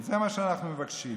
זה מה שאנחנו מבקשים.